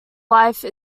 life